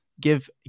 give